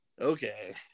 okay